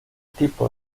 tipo